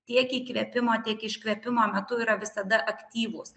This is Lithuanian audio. tiek įkvėpimo tiek iškvėpimo metu yra visada aktyvūs